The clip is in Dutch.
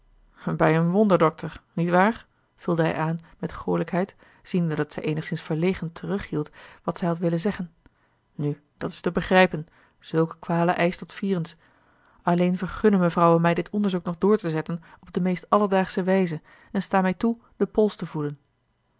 bij een wonderdokter niet waar vulde hij aan met goêlijkheid ziende dat zij eenigszins verlegen terughield wat zij had willen zeggen nu dat is te begrijpen zulke kwalen eischt wat vierens alleen vergunne mevrouwe mij dit onderzoek nog door te zetten op de meest alledaagsche wijze en sta mij toe den pols te voelen